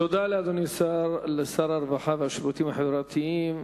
תודה לאדוני שר הרווחה והשירותים החברתיים,